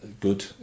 good